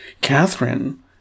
Catherine